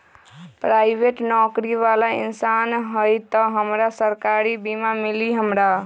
Private नौकरी बाला इंसान हई त हमरा सरकारी बीमा मिली हमरा?